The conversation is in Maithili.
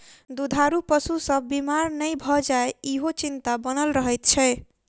दूधारू पशु सभ बीमार नै भ जाय, ईहो चिंता बनल रहैत छै